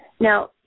Now